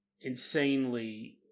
insanely